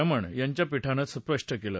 रमण यांच्या पीठानं स्पष्ट केलं